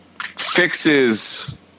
fixes –